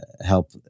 help